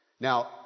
Now